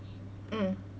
mm